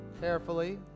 carefully